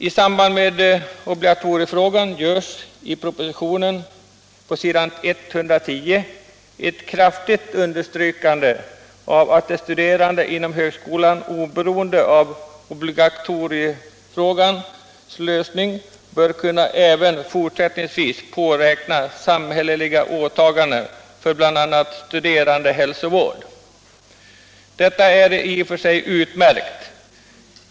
I samband med obligatoriefrågan görs i propositionen på s. 110 ett kraftigt forskning inom 9” understrykande av att de studerande inom högskolan oberoende av obligatoriefrågans lösning även fortsättningsvis bör kunna påräkna samhälleliga åtaganden för bl.a. studerandehälsovård. Detta är i och för sig utmärkt.